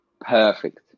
Perfect